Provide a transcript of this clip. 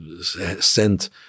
sent